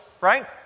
right